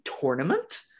tournament